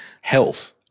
Health